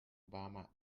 obama